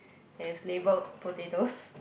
that's labelled potatoes